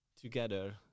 together